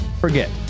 forget